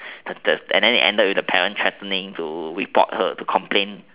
and then it ended with the parent threatening to report her to complain